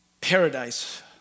paradise